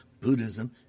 Buddhism